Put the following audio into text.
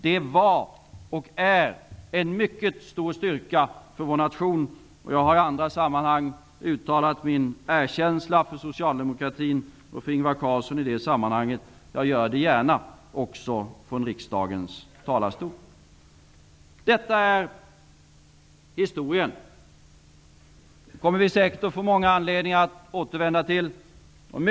Det var och är en mycket stor styrka för vår nation. Jag har i andra sammanhang uttalat min erkänsla för socialdemokratin och för Ingvar Carlsson i det sammanhanget, och jag gör det gärna även från riksdagens talarstol. Detta är historien, och vi kommer säkert att få många anledningar att återkomma till den.